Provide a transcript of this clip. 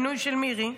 שהוא מינוי של מירי,